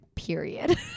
Period